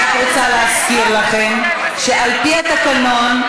אני רק רוצה להזכיר לכם שעל-פי התקנון,